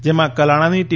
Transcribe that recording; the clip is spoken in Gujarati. જેમાં કલાણાની ટી